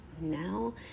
now